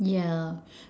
yeah